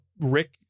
Rick